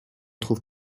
trouve